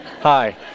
Hi